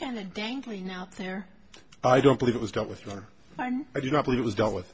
candid dangling out there i don't believe it was dealt with or i do not believe it was dealt with